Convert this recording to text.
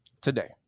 today